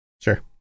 Sure